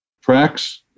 tracks